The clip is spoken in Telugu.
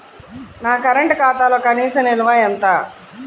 నా కరెంట్ ఖాతాలో కనీస నిల్వ ఎంత?